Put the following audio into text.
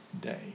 day